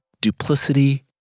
duplicity